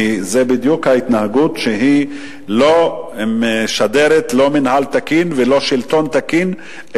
כי זו בדיוק ההתנהגות שמשדרת לא מינהל תקין ולא שלטון תקין,